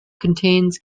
contains